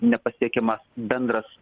nepasiekiamas bendras